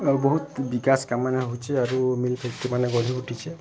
ଆଉ ବହୁତ ବିକାଶ କାମମାନେ ହେଉଛି ଆଉ ଫ୍ୟାକ୍ଟ୍ରିମାନ ଗଢ଼ି ଉଠିଛି